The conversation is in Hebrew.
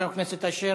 חבר הכנסת אשר,